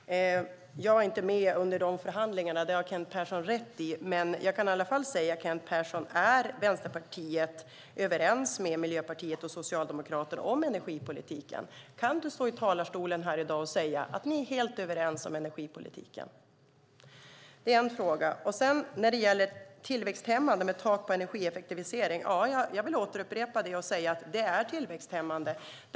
Herr talman! Jag var inte med vid de förhandlingarna, det har Kent Persson rätt i. Jag kan i alla fall fråga: Är Vänsterpartiet överens med Miljöpartiet och Socialdemokraterna om energipolitiken? Kan du stå här i dag och säga att ni är helt överens om energipolitiken? När det gäller om det är tillväxthämmande med ett tak på energieffektivisering vill jag upprepa att det är tillväxthämmande.